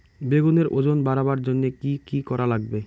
বেগুনের ওজন বাড়াবার জইন্যে কি কি করা লাগবে?